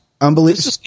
Unbelievable